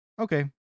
okay